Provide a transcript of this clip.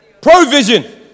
provision